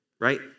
right